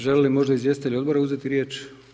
Želi li možda izvjestitelj odbora uzeti riječ?